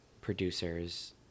producers